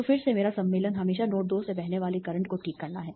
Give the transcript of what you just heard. तो फिर से मेरा सम्मेलन हमेशा नोड 2 से बहने वाले करंट को ठीक करना है